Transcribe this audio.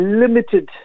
limited